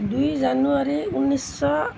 দুই জানুৱাৰী ঊনৈছশ